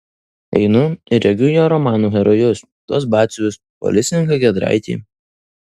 einu ir regiu jo romanų herojus tuos batsiuvius policininką giedraitį